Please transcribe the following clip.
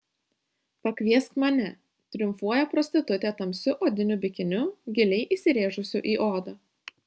pakviesk mane triumfuoja prostitutė tamsiu odiniu bikiniu giliai įsirėžusiu į odą